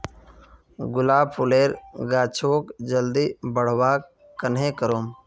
गुलाब फूलेर गाछोक जल्दी बड़का कन्हे करूम?